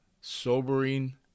sobering